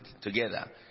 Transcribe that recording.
together